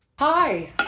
Hi